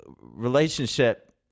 relationship